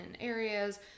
areas